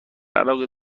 علاقه